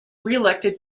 reelected